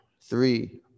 three